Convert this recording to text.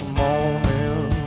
morning